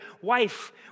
wife